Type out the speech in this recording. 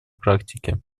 практики